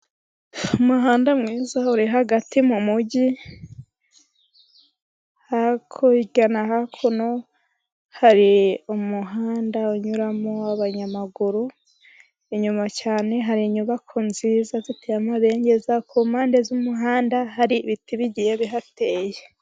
Umuhanda mwiza uri hagati mu mujyi. Hakurya na hakuno hari umuhanda unyuramo abanyamaguru. Inyuma cyane hari inyubako nziza ziteye amabengeza, ku mpande z'umuhanda, hari ibiti bigiye bihateye.